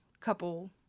couple